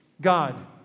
God